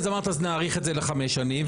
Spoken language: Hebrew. אז אמרת אז נאריך את זה לחמש שנים.